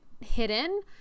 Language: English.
hidden